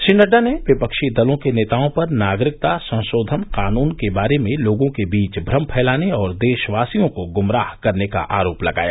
श्री नड़डा ने विपक्षी दलों के नेताओं पर नागरिकता संशोधन कानून के बारे में लोगों के बीच भ्रम फैलाने और देशवासियों को ग्मराह करने का आरोप लगाया